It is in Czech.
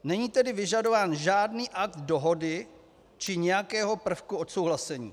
Není tedy vyžadován žádný akt dohody či nějakého prvku odsouhlasení.